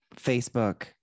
facebook